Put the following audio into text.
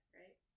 right